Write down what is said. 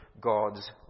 God's